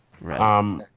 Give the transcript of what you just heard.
right